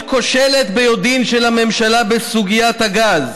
כושלת ביודעין של הממשלה בסוגיית הגז.